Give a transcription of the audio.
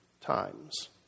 times